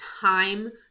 time